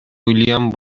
william